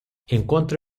encontre